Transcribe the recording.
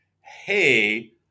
Hey